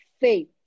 faith